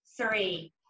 three